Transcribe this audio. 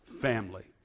family